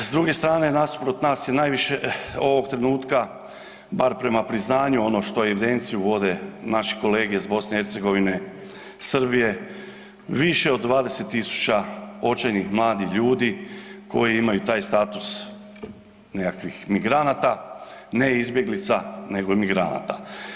S druge strane, nasuprot nas je naviše ovog trenutka, bar prema priznanju ono što evidenciju vode naši kolege iz BIH, Srbije, više od 20 tisuća očajnih mladih ljudi koji imaju taj status nekakvih migranata, ne izbjeglica nego migranata.